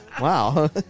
Wow